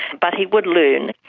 but he would learn.